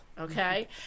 okay